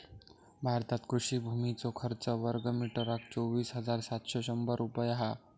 भारतात कृषि भुमीचो खर्च वर्गमीटरका चोवीस हजार सातशे शंभर रुपये हा